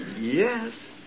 yes